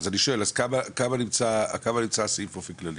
אז אני שואל אז על כמה נמצא הסעיף באופן כללי?